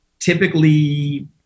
Typically